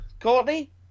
Courtney